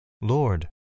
Lord